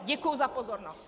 Děkuju za pozornost.